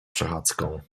przechadzką